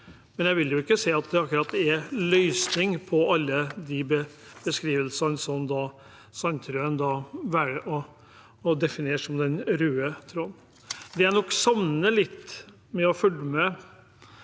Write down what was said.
men jeg vil ikke si at det akkurat er løsninger på alle de beskrivelsene som Sandtrøen velger å definere som den røde tråden. Det jeg nok savner litt – spesielt